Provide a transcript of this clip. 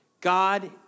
God